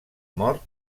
mort